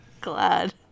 Glad